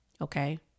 okay